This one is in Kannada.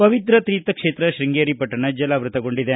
ಪವಿತ್ರ ತೀರ್ಥಕ್ಷೇತ್ರ ಶೃಂಗೇರಿ ಪಟ್ಟಣ ಜಲಾವೃತಗೊಂಡಿದೆ